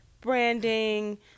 branding